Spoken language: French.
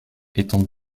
étant